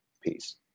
piece